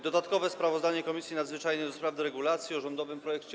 Dodatkowe sprawozdanie Komisji Nadzwyczajnej do spraw deregulacji o rządowym projekcie